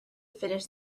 finish